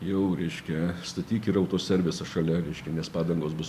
jau reiškia statyk ir autoservisą šalia reiškia nes padangos bus